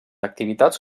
activitats